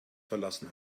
verlassen